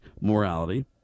morality